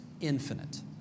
infinite